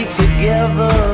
together